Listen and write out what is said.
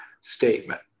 statement